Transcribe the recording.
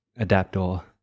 Adaptor